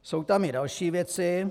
Jsou tam i další věci.